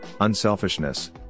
unselfishness